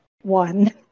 one